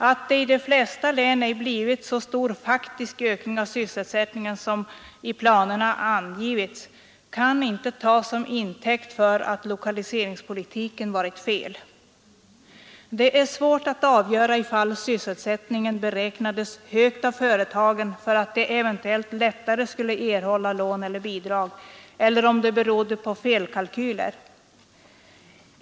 Att det i de flesta län inte har blivit så stor faktisk ökning av sysselsättningen som angivits i planerna kan inte tas som intäkt för att lokaliseringspolitiken har varit fel. Det är svårt att avgöra, om sysselsättningen beräknades högt av företagen för att de eventuellt lättare skulle erhålla lån eller bidrag, eller om de kalkylerade fel.